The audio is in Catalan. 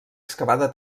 excavada